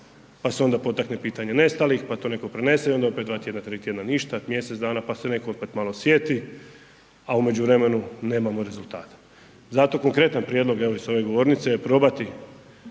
pa se onda potakne pitanje nestalih, pa to netko prenese i onda opet 2 tj., 3 tj. ništa, mjesec dana pa se netko opet malo sjeti a u međuvremenu nemamo rezultate. Zato konkretan prijedlog evo s ove govornice je probati